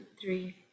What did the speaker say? three